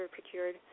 procured